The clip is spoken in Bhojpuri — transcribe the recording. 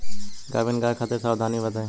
गाभिन गाय खातिर सावधानी बताई?